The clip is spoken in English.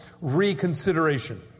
reconsideration